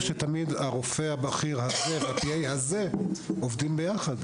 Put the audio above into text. שתמיד הרופא הבכיר הזה וה-P.A הזה עובדים יחד.